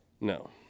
No